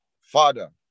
father